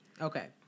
Okay